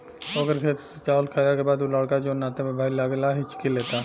ओकर खेत के चावल खैला के बाद उ लड़का जोन नाते में भाई लागेला हिच्की लेता